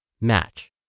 Match